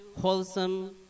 wholesome